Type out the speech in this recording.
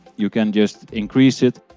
you can just increase it.